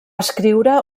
escriure